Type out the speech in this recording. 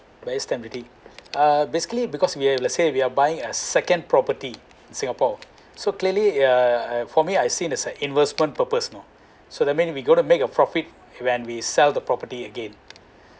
buyer stamp duty uh basically because we're let's say we are buying a second property singapore so clearly uh uh for me I seen as investment purpose so that mean we go to make a profit when we sell the property again